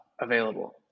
available